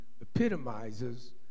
epitomizes